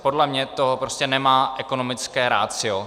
Podle mě to prostě nemá ekonomické ratio.